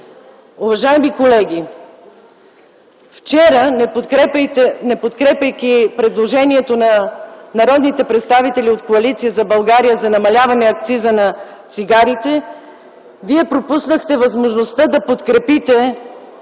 Уважаеми колеги, вчера, не подкрепяйки предложението на народните представители от Коалиция за България за намаляване акциза на цигарите, вие пропуснахте възможността да подкрепите